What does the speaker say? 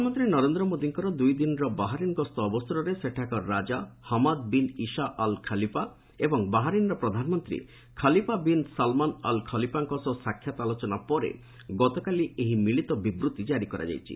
ପ୍ରଧାନମନ୍ତ୍ରୀ ନରେନ୍ଦ୍ର ମୋଦୀଙ୍କର ଦୁଇଦିନର ବାହାରିନ୍ ଗସ୍ତ ଅବସରରେ ସେଠାକାର ରାଜା Hamad bin Isa Al Khalifa ଓ ବାହାରିନ୍ର ପ୍ରଧାନମନ୍ତ୍ରୀ ଖଲିଫା ବିନ୍ ସଲମାନ୍ ଅଲ୍ ଖଲିଫାଙ୍କ ସହ ସାକ୍ଷାତ ଆଲୋଚନା ପରେ ଗତକାଲି ଏହି ମିଳିତ ବିବୃଭି ଜାରି କରାଯାଇଛି